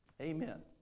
Amen